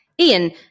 Ian